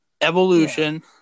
Evolution